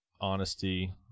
honesty